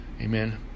Amen